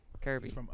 Kirby